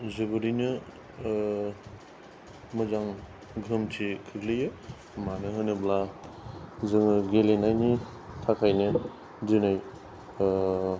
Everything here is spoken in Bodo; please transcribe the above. जोबोदैनो मोजां गोहोमथि खोख्लैयो मानो होनोब्ला जोङो गेलेनायनि थाखायनो दिनै